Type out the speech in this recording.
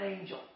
Angel